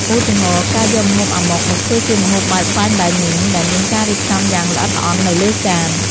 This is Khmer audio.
ឧទាហរណ៍ ការយកម្ហូប អាម៉ុក មកធ្វើជាម្ហូបបែប Fine Dining ដែលមានការរៀបចំយ៉ាងល្អិតល្អន់នៅលើចាន។